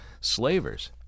slavers